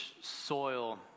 soil